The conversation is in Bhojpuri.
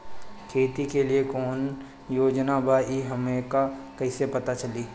खेती के लिए कौने योजना बा ई हमके कईसे पता चली?